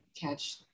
catch